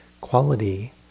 quality